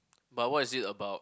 but what is it about